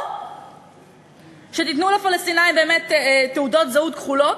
או שתיתנו לפלסטינים תעודות זהות כחולות,